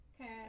okay